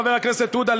חבר הכנסת עודה,